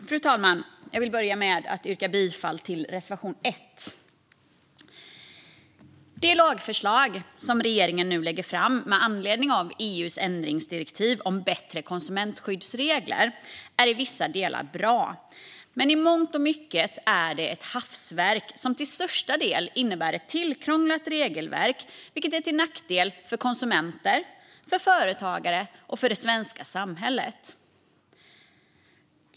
Fru talman! Jag vill börja med att yrka bifall till reservation 1. Det lagförslag som regeringen nu lägger fram med anledning av EU:s ändringsdirektiv om bättre konsumentskyddsregler är i vissa delar bra. Men i mångt och mycket är det ett hafsverk som till största del innebär ett tillkrånglat regelverk, vilket är till nackdel för konsumenter, för företagare och för det svenska samhället.